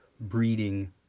breeding